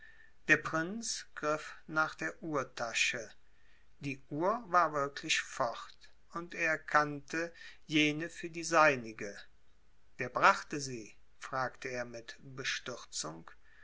der prinz griff nach der uhrtasche die uhr war wirklich fort und er erkannte jene für die seinige wer brachte sie fragte er mit bestürzung